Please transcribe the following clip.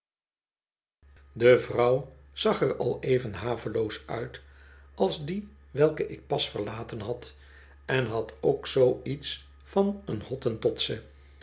de vrouw zag er al even haveloos uit als die welke ik pas verlaten had en had ook zoo iets van een